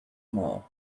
mall